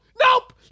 Nope